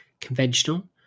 conventional